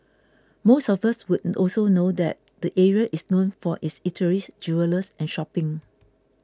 most of us would also know that the area is known for its eateries jewellers and shopping